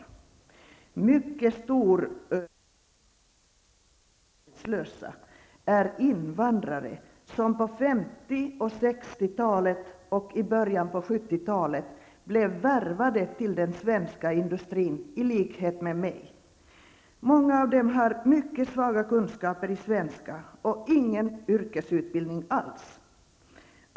En mycket stor del av dessa arbetslösa är invandrare, som på 1950 och 1960-talen samt i början av 1970 talet blev värvade till den svenska industrin i likhet med vad jag blev. Många av dem har mycket dåliga kunskaper i svenska och ingen yrkesutbildning alls.